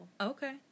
Okay